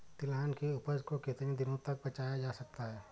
तिलहन की उपज को कितनी दिनों तक बचाया जा सकता है?